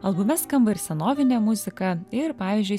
albume skamba ir senovinė muzika ir pavyzdžiui